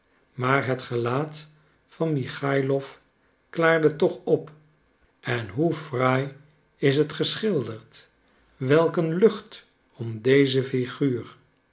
maar het gelaat van michaïlof klaarde toch op en hoe fraai is het geschilderd welk een lucht om deze figuur